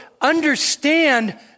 understand